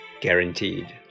guaranteed